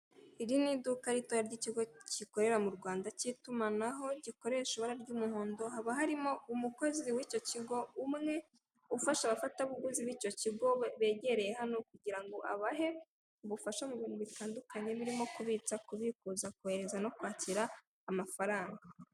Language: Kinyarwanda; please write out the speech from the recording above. Iri ni iduka ritoya ry'ikigo gikorera mu Rwanda cy'itumanaho gikoresha ibara ry'umuhondo; haba harimo umukozi w'icyo kigo umwe, ufasha abafatabuguzi b'icyo kigo begereye hano, kugira ngo abahe ubufasha mu bintu bitandukanye birimo: kubitsa, kubikuza, kohereza no kwakira amafaranga.